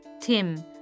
Tim